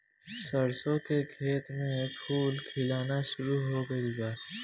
सरसों के खेत में फूल खिलना शुरू हो गइल बा